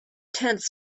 tents